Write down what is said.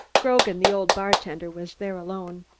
grogan, the old bartender was there alone.